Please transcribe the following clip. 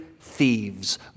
thieves